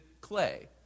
clay